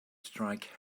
strike